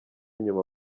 inyuma